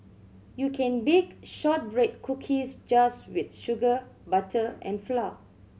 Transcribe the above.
you can bake shortbread cookies just with sugar butter and flour